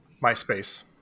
MySpace